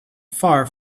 far